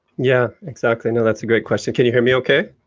yeah, exactly. no, that's a great question. can you hear me okay?